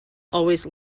always